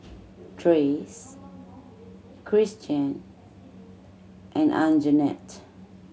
Trace Cristian and Anjanette